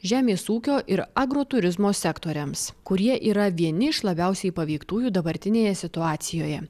žemės ūkio ir agroturizmo sektoriams kurie yra vieni iš labiausiai paveiktųjų dabartinėje situacijoje